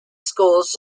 schools